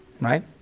right